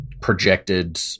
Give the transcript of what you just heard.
projected